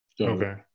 Okay